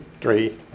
three